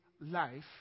life